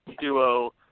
duo –